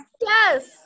Yes